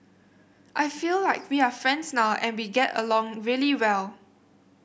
I feel like we are friends now and we get along really well